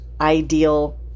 ideal